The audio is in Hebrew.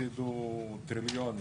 הפסידו טריליונים.